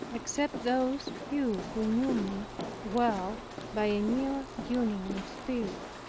except those few who knew me well by a near union of spirit.